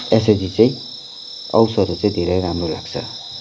SHG चाहिँ अवसरहरू चाहिँ धेरै राम्रो लाग्छ